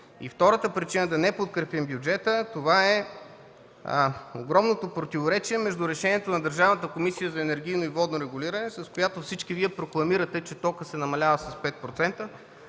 Втората причина, да не подкрепим бюджета, е, огромното противоречие между решението на Държавната комисия за енергийно и водно регулиране, с която всички Вие прокламирате, че тока се намалява с 5%.